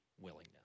willingness